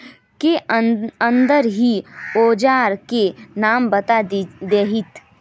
के अंदर ही औजार के नाम बता देतहिन?